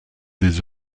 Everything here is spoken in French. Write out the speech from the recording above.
des